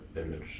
image